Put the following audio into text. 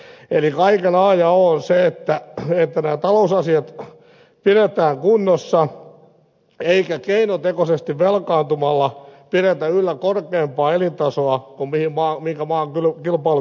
eli kaiken a ja o on se että nämä talousasiat pidetään kunnossa eikä keinotekoisesti velkaantumalla pidetä yllä korkeampaa elintasoa kuin minkä maan kilpailukyky mahdollistaa